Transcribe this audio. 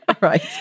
right